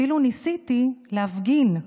אפילו ניסיתי להפגין,